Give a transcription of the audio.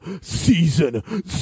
season